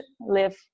live